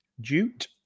Jute